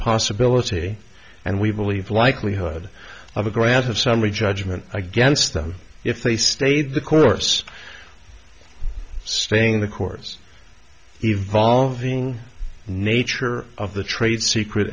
possibility and we believe likelihood of a grant of summary judgment against them if they stayed the course staying the course evolving nature of the trade